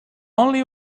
only